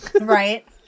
right